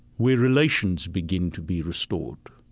where relations begin to be restored,